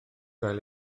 gael